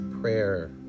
Prayer